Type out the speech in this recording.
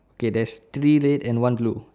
okay there's three red and one blue